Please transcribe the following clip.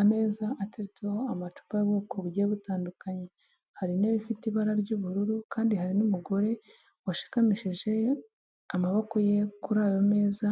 Ameza ateretseho amacupa y'ubwoko bugiye butandukanye, hari intebe ifite ibara ry'ubururu kandi hari n'umugore washikamishije amaboko ye kuri ayo meza